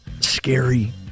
scary